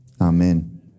amen